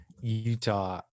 Utah